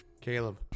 Caleb